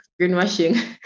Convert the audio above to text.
greenwashing